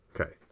Okay